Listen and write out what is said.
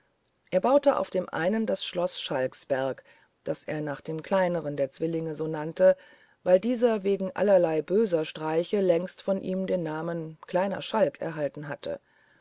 er baute auf dem einen das schloß schalksberg das er nach dem kleinern der zwillinge so nannte weil dieser wegen allerlei böser streiche längst von ihm den namen kleiner schalk erhalten hatte